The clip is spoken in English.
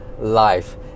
life